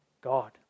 God